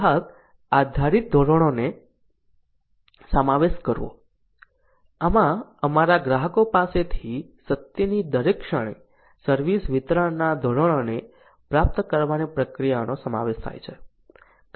ગ્રાહક આધારિત ધોરણોનો સમાવેશ કરવો આમાં અમારા ગ્રાહકો પાસેથી સત્યની દરેક ક્ષણે સર્વિસ વિતરણના ધોરણોને પ્રાપ્ત કરવાની પ્રક્રિયાનો સમાવેશ થાય છે